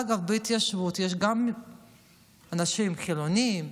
אגב, בהתיישבות יש גם אנשים חילונים,